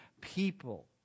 people